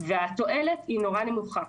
והתועלת היא מאוד נמוכה.